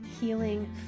healing